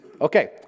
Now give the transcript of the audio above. Okay